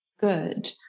good